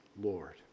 Lord